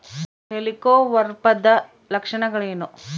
ಹೆಲಿಕೋವರ್ಪದ ಲಕ್ಷಣಗಳೇನು?